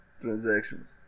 transactions